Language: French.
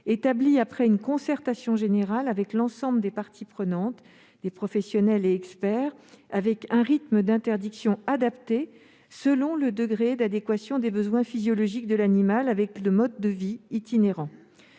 établie après une concertation générale avec l'ensemble des parties prenantes, professionnels et experts. Le rythme d'interdiction est adapté selon le degré d'adéquation des besoins physiologiques de l'animal avec le mode de vie itinérant.